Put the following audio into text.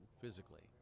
physically